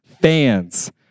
fans